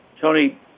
Tony